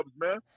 man